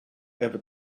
ever